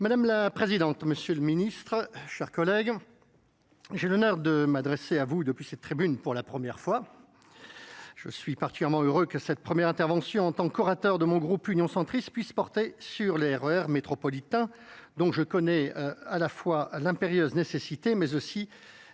Mᵐᵉ la Présidente, M. le Ministre, chers collègues, j'ai l'honneur de m'adresser à vous depuis cette tribune pour la 1ʳᵉ fois. Je suis particulièrement heureux que cette 1ʳᵉ intervention en tant qu'orateur de mon groupe Union centriste, puisse porter sur les R R métropolitains, R métropolitains, dont je connais à la fois l'impérieuse nécessité, mais aussi